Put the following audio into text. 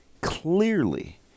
clearly